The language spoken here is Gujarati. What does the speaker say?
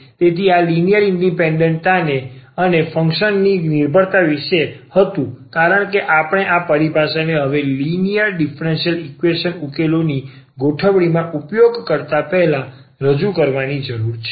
તેથી આ લિનિયર ઇન્ડિપેન્ડન્ટ તા અને ફંક્શન ોની નિર્ભરતા વિશે હતું કારણ કે આપણે આ પરિભાષાને હવે લિનિયર ડીફરન્સીયલ ઈકવેશન ઉકેલો ની ગોઠવણીમાં ઉપયોગ કરતા પહેલા રજૂ કરવાની જરૂર છે